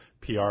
PR